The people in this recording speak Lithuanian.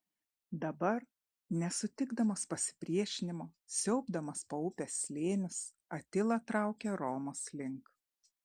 dabar nesutikdamas pasipriešinimo siaubdamas po upės slėnius atila traukia romos link